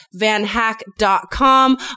vanhack.com